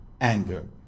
anger